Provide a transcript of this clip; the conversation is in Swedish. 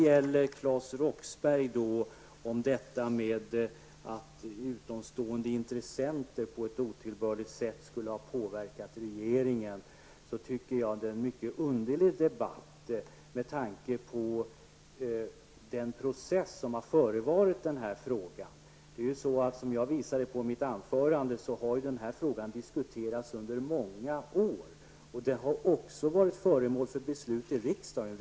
Claes Roxbergh talade om att utomstående intressenter på ett otillbörligt sätt skulle ha påverkat regeringen. Jag tycker att det är en mycket underlig debatt med tanke på den process som har förevarit denna fråga. Som jag sade i mitt tidigare anförande har denna fråga diskuterats under många år. Och den har också varit föremål för beslut i riksdagen.